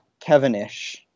Kevinish